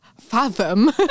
fathom